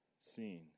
seen